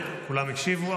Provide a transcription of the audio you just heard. כולם הקשיבו,